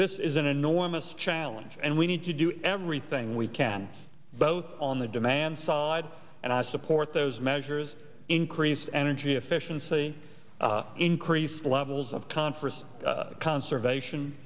this is an enormous challenge and we need to do everything we can both on the demand side and i support those measures increased energy efficiency increased levels of conference conservation